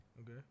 Okay